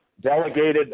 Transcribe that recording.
delegated